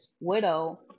widow